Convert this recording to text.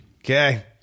Okay